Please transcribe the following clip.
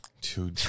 Two